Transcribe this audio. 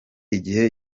igihe